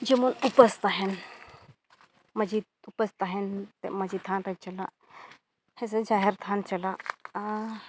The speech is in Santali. ᱡᱮᱢᱚᱱ ᱩᱯᱟᱹᱥ ᱛᱟᱦᱮᱱ ᱢᱟᱺᱡᱷᱤ ᱩᱯᱟᱹᱥ ᱛᱟᱦᱮᱱ ᱮᱱᱛᱮᱫ ᱢᱟᱺᱡᱷᱤ ᱛᱷᱟᱱ ᱨᱮ ᱪᱟᱞᱟᱜ ᱥᱮ ᱪᱮ ᱡᱟᱦᱮᱨ ᱛᱷᱟᱱ ᱪᱟᱞᱟᱜ ᱟᱨ